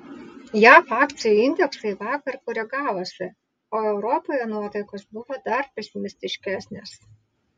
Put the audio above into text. jav akcijų indeksai vakar koregavosi o europoje nuotaikos buvo dar pesimistiškesnės